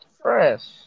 Fresh